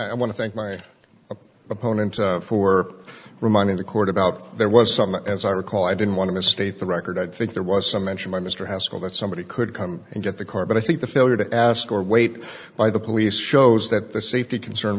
i want to thank my opponent for reminding the court about there was some as i recall i didn't want to state the record i think there was some mention by mr haskell that somebody could come and get the car but i think the failure to ask or wait by the police shows that the safety concern